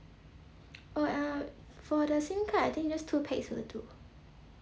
oh uh for the SIM card I think just two pax will do